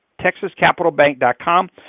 texascapitalbank.com